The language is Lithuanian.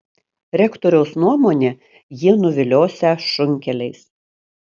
rektoriaus nuomone jie nuviliosią šunkeliais